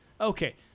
Okay